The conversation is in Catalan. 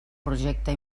projecte